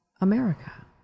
America